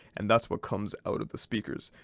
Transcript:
and that's what comes out of the speakers,